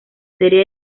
serie